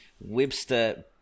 Webster